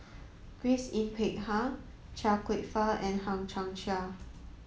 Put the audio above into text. Grace Yin Peck Ha Chia Kwek Fah and Hang Chang Chieh